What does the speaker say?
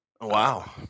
Wow